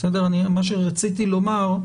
מה שרציתי לומר,